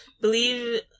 believe